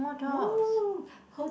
no her